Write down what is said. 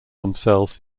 themselves